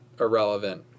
irrelevant